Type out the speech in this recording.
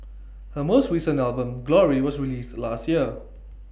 her most recent album glory was released last year